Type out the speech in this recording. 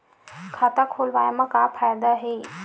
खाता खोलवाए मा का फायदा हे